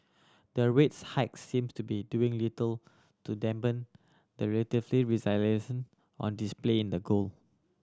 their rates hikes seem to be doing little to dampen the relatively resilience on display in the gold